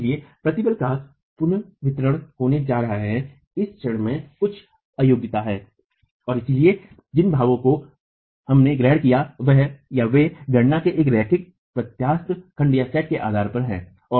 इसलिए प्रतिबल का पुनर्वितरण होने जा रहा है इस क्षण में कुछ अयोग्यता है और इसलिए जिन भावों को हमने ग्रहण किया है वे गणना के एक रैखिक अप्रत्यास्थ खंडसेट के आधार पर हैं